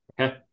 Okay